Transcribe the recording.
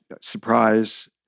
surprise